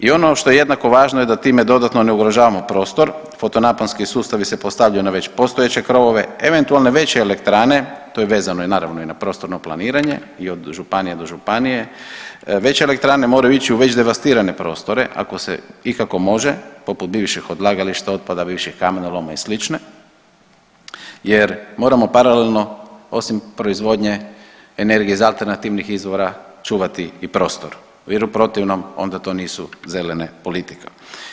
I ono što je jednako važno je da time dodatno ne ugrožavamo prostor, fotonaponski sustavi se postavljaju na već postojeće krovove, eventualno veće elektrane to je vezano i naravno na prostorno planiranje i od županije do županije, veće elektrane moraju ići u već devastirane prostore ako se ikako može poput bivših odlagališta otpada, bivših kamenoloma i slično jer moramo paralelno osim proizvodnje energije iz alternativnih izvora čuvati i prostor jer u protivnom onda to nisu zelene politika.